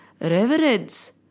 reverence